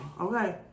okay